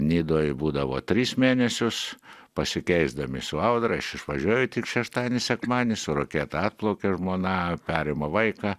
nidoj būdavo tris mėnesius pasikeisdami su audra aš išvažiuoju tik šeštadienį sekmadienį su raketa atplaukia žmona perima vaiką